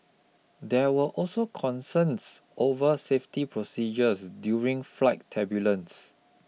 there were also concerns over safety procedures during flight turbulence